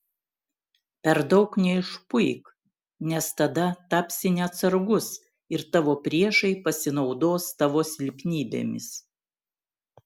per daug neišpuik nes tada tapsi neatsargus ir tavo priešai pasinaudos tavo silpnybėmis